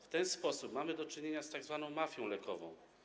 W ten sposób mamy do czynienia z tzw. mafią lekową.